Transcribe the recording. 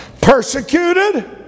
Persecuted